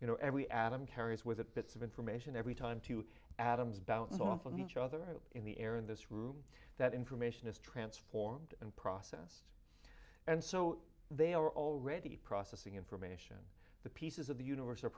you know every atom carries with it bits of information every time two atoms bounce off of each other in the air in this room that information is transformed and process and so they are already processing information the pieces of the univers